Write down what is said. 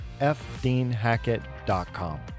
fdeanhackett.com